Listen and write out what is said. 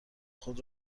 خود